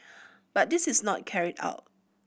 but this is not carried out